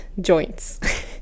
joints